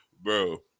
Bro